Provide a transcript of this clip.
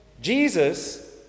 Jesus